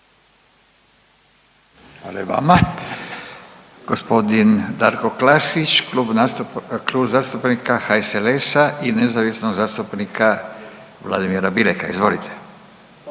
Hvala i vama. Gospodin Darko Klasić, Klub zastupnika HSLS-a i nezavisnog zastupnika Vladimira Bileka. Izvolite. **Klasić,